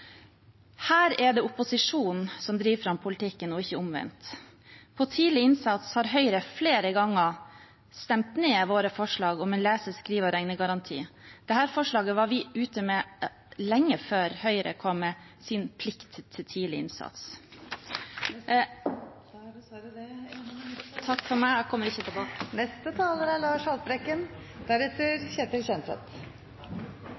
Her er det opposisjonen som driver fram politikken, ikke omvendt. Når det gjelder tidlig innsats, har Høyre flere ganger stemt ned våre forslag om en lese-, skrive- og regnegaranti. Dette forslaget var vi ute med lenge før Høyre kom med sin plikt til tidlig innsats.